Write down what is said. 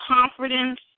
confidence